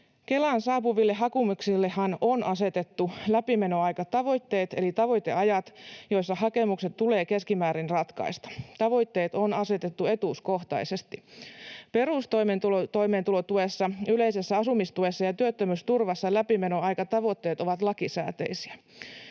Kelaan saapuville hakemuksillehan on asetettu läpimenoaikatavoitteet eli tavoiteajat, joissa hakemukset tulee keskimäärin ratkaista. Tavoitteet on asetettu etuuskohtaisesti. Perustoimeentulotuessa, yleisessä asumistuessa ja työttömyysturvassa läpimenoaikatavoitteet ovat lakisääteisiä.